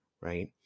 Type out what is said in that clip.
right